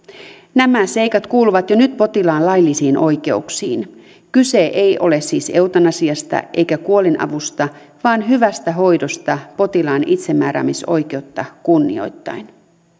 nämä seikat kuuluvat jo nyt potilaan laillisiin oikeuksiin kyse ei ole siis eutanasiasta eikä kuolinavusta vaan hyvästä hoidosta potilaan itsemääräämisoikeutta kunnioittaen